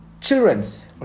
children's